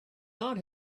not